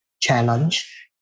challenge